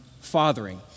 fathering